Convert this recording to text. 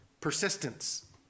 Persistence